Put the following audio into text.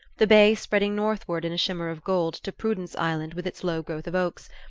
the bay spreading northward in a shimmer of gold to prudence island with its low growth of oaks,